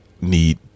Need